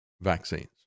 vaccines